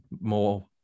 more